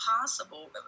possible